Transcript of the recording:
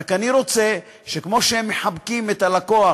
אני רק רוצה שכמו שהם מחבקים את הלקוח